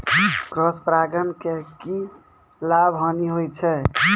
Cross परागण के की लाभ, हानि होय छै?